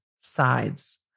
sides